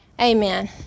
Amen